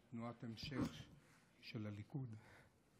תנועת ההמשך שלו היא הליכוד.